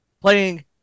Playing